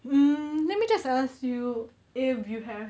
mm let me just ask you if you have